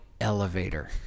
elevator